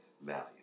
value